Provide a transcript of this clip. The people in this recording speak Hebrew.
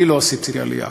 אני לא עשיתי עלייה,